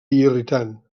irritant